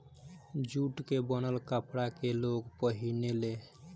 jute के बनल कपड़ा के लोग पहिने ले